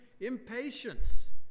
impatience